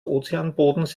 ozeanbodens